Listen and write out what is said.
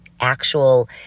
actual